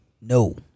No